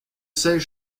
sais